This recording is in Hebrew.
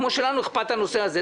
כמו שלנו אכפת מהנושא הזה.